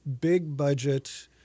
big-budget